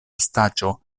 staĉjo